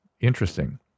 Interesting